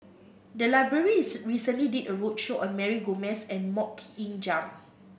the library is recently did a roadshow on Mary Gomes and MoK Ying Jang